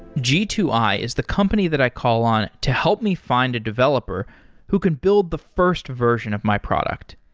g two i is the company that i call on to help me find a developer who can build the first version of my product.